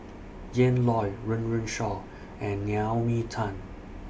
Ian Loy Run Run Shaw and Naomi Tan